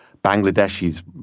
Bangladeshi's